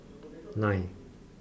nine